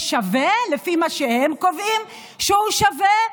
יש שווה לפי מה שהם קובעים שהוא שווה,